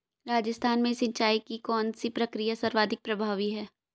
राजस्थान में सिंचाई की कौनसी प्रक्रिया सर्वाधिक प्रभावी है?